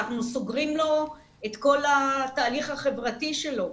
אנחנו סוגרים לו את כל התהליך החברתי שלו,